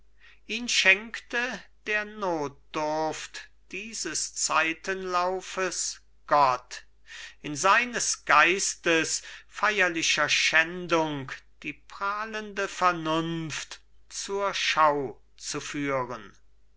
ihn schenkte der notdurft dieses zeitenlaufes gott in seines geistes feierlicher schändung die prahlende vernunft zur schau zu führen